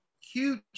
huge